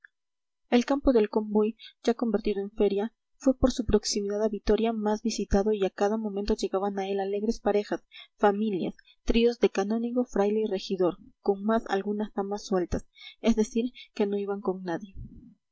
el campo del convoy ya convertido en feria fue por su proximidad a vitoria más visitado y a cada momento llegaban a él alegres parejas familias tríos de canónigo fraile y regidor con más algunas damas sueltas es decir que no iban con nadie